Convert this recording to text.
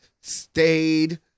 stayed